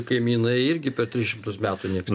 kaimynai irgi per tris šimtus metų nieks